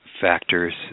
factors